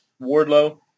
Wardlow